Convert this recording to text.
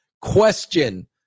question